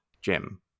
Jim